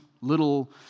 little